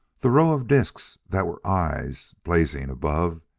the row of disks that were eyes blazing above,